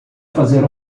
fazer